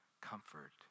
Comfort